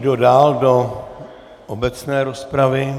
Kdo dál do obecné rozpravy?